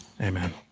Amen